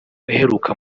uheruka